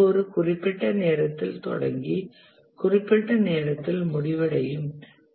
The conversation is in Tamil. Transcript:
இது ஒரு குறிப்பிட்ட நேரத்தில் தொடங்கி குறிப்பிட்ட நேரத்தில் முடிவடையும்